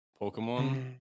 Pokemon